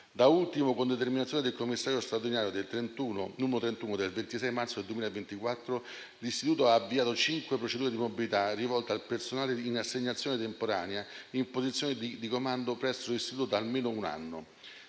Da ultimo, con determinazione del commissario straordinario n. 31 del 26 marzo 2024, l'istituto ha avviato cinque procedure di mobilità rivolte al personale in assegnazione temporanea in posizione di comando presso l'istituto da almeno un anno.